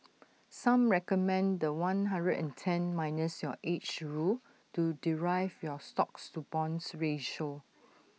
some recommend The One hundred and ten minus your age rule to derive your stocks to bonds ratio